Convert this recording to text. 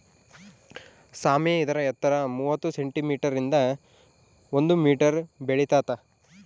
ಸಾಮೆ ಇದರ ಎತ್ತರ ಮೂವತ್ತು ಸೆಂಟಿಮೀಟರ್ ನಿಂದ ಒಂದು ಮೀಟರ್ ಬೆಳಿತಾತ